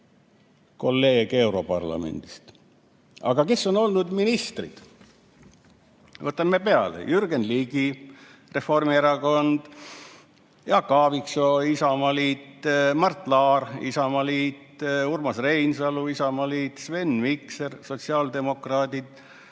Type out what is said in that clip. kolleeg europarlamendist. Aga kes on olnud ministrid? Hakkame peale: Jürgen Ligi, Reformierakond; Jaak Aaviksoo, Isamaaliit; Mart Laar, Isamaaliit; Urmas Reinsalu, Isamaaliit; Sven Mikser, sotsiaaldemokraat;